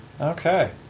Okay